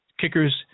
Kickers